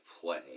play